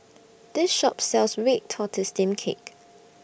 This Shop sells Red Tortoise Steamed Cake